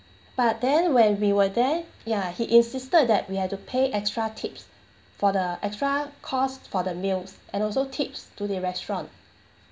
but then when we were there ya he insisted that we had to pay extra tips for the extra cost for the meals and also tips to the restaurant